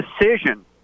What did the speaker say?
decision